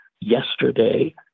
yesterday